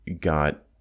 got